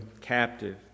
captive